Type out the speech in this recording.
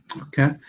okay